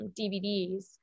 dvds